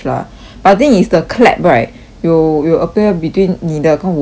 I think is the clap right it'll it'll appear between 你的跟我的 mah